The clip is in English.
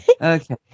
Okay